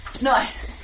Nice